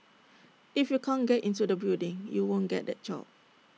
if you can't get into the building you won't get that job